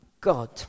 God